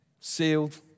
sealed